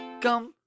come